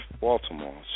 Baltimore